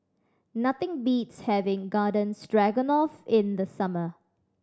nothing beats having Garden Stroganoff in the summer